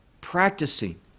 practicing